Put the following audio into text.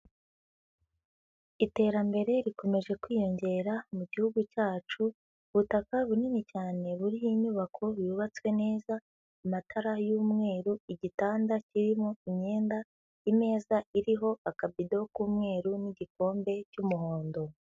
Iterambere rikomeje kwiyongera mu Gihugu cyacu, ubutaka bunini cyane buriho inyubako yubatswe neza, amatara y'umweru, igitanda kirimo imyenda, imeza iriho akabido k'umweru n'igikombe cy'umuhondo.